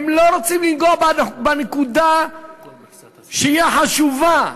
הם לא רוצים לגעת בנקודה שהיא החשובה,